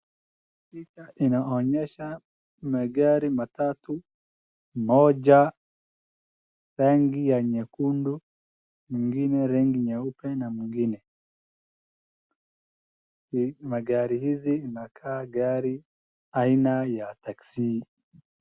Inaonyesha magari matatu, moja rangi ya nyekundu, ingine rangi nyeupe, na ingine. Magari hizi zinakaa gari aina ya taxi .